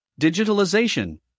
digitalization